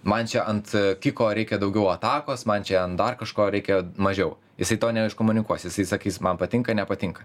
man čia ant tiko reikia daugiau atakos man čia ant dar kažko reikia mažiau jisai to neiškomunikuos jisai sakys man patinka nepatinka